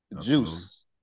Juice